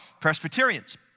Presbyterians